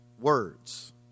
words